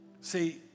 See